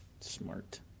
Smart